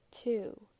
Two